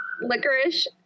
licorice